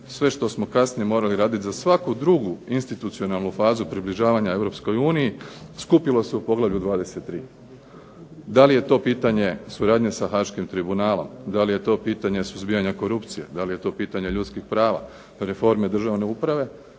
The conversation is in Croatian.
sve što smo kasnije morali raditi za svaku drugu institucionalnu fazu približavanja Europskoj uniji skupilo se u poglavlju 23. Da li je to pitanje suradnja sa Haaškim tribunalom, da li je to pitanje suzbijanja korupcije, da li je to pitanje ljudskih prava, reforme državne uprave.